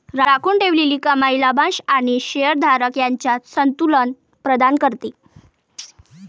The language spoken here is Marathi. राखून ठेवलेली कमाई लाभांश आणि शेअर धारक यांच्यात संतुलन प्रदान करते